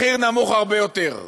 מחיר נמוך הרבה יותר בחיילים,